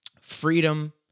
freedom